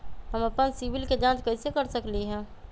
हम अपन सिबिल के जाँच कइसे कर सकली ह?